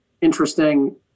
interesting